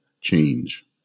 change